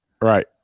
Right